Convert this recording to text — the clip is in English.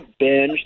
binged